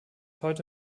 heute